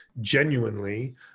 genuinely